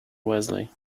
wesley